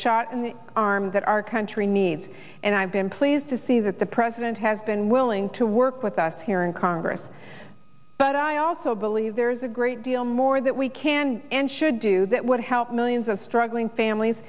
shot in the arm that our country needs and i've been pleased to see that the president has been willing to work with us here in congress but i also believe there's a great deal more that we can and should do that would help millions of struggling families